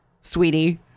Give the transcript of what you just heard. sweetie